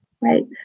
Right